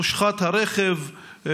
הושחת הרכב,